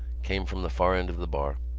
came from the far end of the bar.